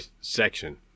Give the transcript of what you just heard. section